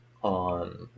on